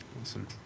Awesome